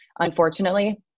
unfortunately